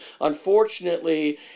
Unfortunately